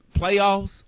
playoffs